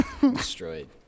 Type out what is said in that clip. destroyed